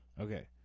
Okay